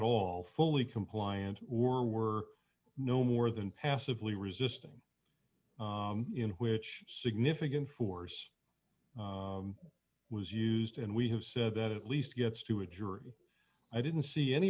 all fully compliant or were no more than passively resisting in which significant force was used and we have said that at least gets to a jury i didn't see any